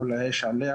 כל האש עליה